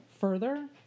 further